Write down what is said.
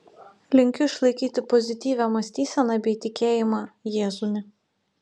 linkiu išlaikyti pozityvią mąstyseną bei tikėjimą jėzumi